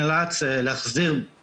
טוב, אפשר להכריז שהבעיה אצלנו?